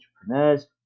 entrepreneurs